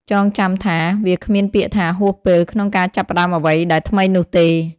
ចងចាំថា វាគ្មានពាក្យថា "ហួសពេល" ក្នុងការចាប់ផ្តើមអ្វីដែលថ្មីនោះទេ។